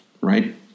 Right